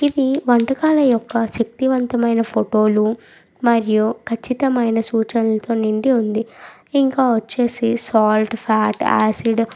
ఇది వంటకాల యొక్క శక్తివంతమైన ఫోటోలు మరియు ఖచ్చితమైన సూచనలతో నిండి ఉంది ఇంకా వచ్చేసి సాల్ట్ ఫ్యాట్ యాసిడ్